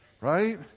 Right